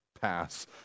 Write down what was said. pass